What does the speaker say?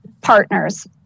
partners